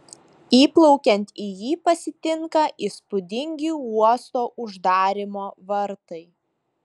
įplaukiant į jį pasitinka įspūdingi uosto uždarymo vartai